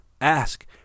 Ask